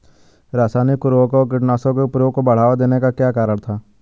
रासायनिक उर्वरकों व कीटनाशकों के प्रयोग को बढ़ावा देने का क्या कारण था?